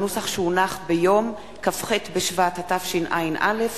בנוסח שהונח ביום כ"ח בשבט התשע"א,